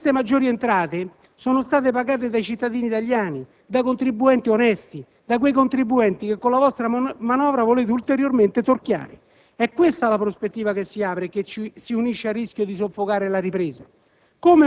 Queste maggiori entrate sono state pagate dai cittadini italiani, da contribuenti onesti, da quei contribuenti che con la vostra manovra volete ulteriormente torchiare. È questa la prospettiva che si apre e che si unisce al rischio di soffocare la ripresa.